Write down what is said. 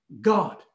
God